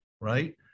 right